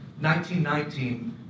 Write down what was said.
1919